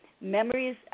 memories